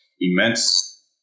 immense